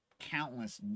countless